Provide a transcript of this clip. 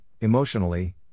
emotionally